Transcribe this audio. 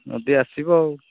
ମୋଦୀ ଆସିବ ଆଉ